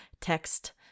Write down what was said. text